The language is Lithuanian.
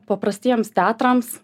paprastiems teatrams